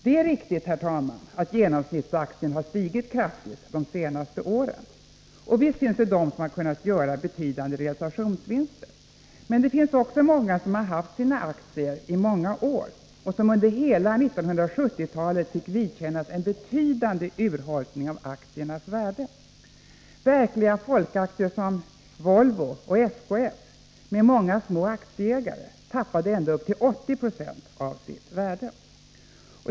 Det är riktigt att genomsnittsaktien stigit kraftigt de senaste åren. Och visst finns det de som kunnat göra betydande realisationsvinster. Men det finns också många som har haft sina aktier i många år och som under hela 1970-talet fick vidkännas en betydande urholkning av aktiernas värde. Verkliga folkaktier som Volvo och SKF med många små aktieägare tappade ända upp till 80 96 av sitt värde.